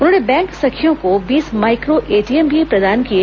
उन्होंने बैंक सखियों को बीस माइक्रो एटीएम भी प्रदान किए